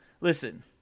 listen